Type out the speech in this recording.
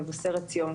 מבשרת ציון,